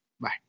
bye